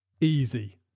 Easy